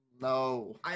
No